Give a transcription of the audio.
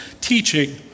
teaching